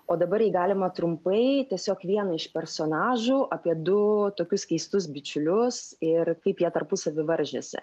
o dabar jei galima trumpai tiesiog vieną iš personažų apie du tokius keistus bičiulius ir kaip jie tarpusavy varžėsi